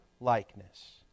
likeness